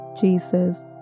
Jesus